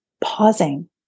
pausing